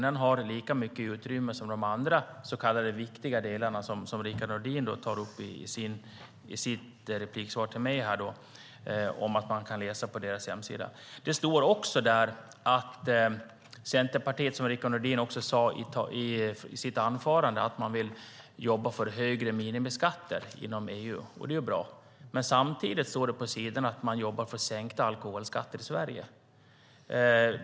Den har lika mycket utrymme som de andra så kallade viktiga delarna som Rickard Nordin tog upp i sin replik. Där står också att Centerpartiet vill jobba för högre minimiskatter inom EU, vilket Rickard Nordin också sade i sitt anförande. Det är bra. Samtidigt står det att Centerpartiet jobbar för sänkt alkoholskatt i Sverige.